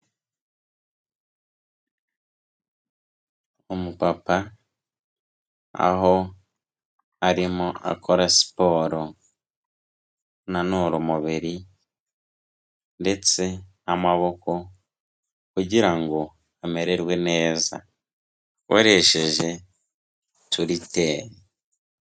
Umupapa aho arimo akora siporo ananura umubiri ndetse n'amaboko kugira ngo amererwe neza, akoresheje uturiteri.